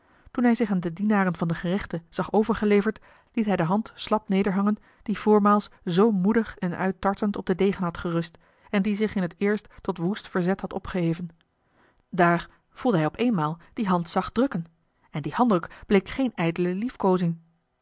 toen hij zich aan de dienaren van den gerechte zag overgeleverd liet hij de hand slap nederhangen die voormaals zoo moedig en uittartend op den degen had gerust en die zich in t eerst tot woest verzet had opgeheven daar voelde hij op eenmaal die hand zacht drukken en die handdruk bleek geen ijdele